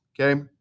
Okay